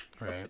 Right